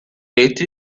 ate